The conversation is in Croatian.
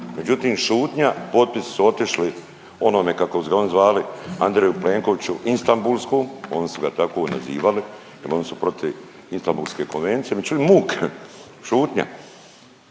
međutim šutnja, potpisi su otišli onome kako su ga oni zvali Andreju Plenkoviću instabulsku, oni su ga tako nazivali jer oni su protiv Istanbulske konvencije, međutim muk, šutnja.